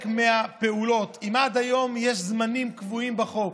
מהפעולות: עד היום יש זמנים קבועים בחוק,